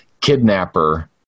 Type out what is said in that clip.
kidnapper